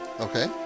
Okay